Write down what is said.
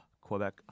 Quebec